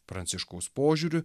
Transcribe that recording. pranciškaus požiūriu